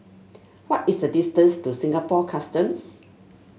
what is the distance to Singapore Customs